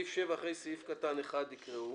הראשית: "בסעיף 7 אחרי סעיף (1) יקראו